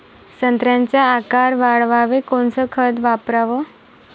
संत्र्याचा आकार वाढवाले कोणतं खत वापराव?